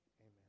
Amen